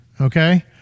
okay